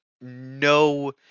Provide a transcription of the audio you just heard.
no